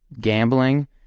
gambling